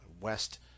west